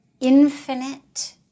infinite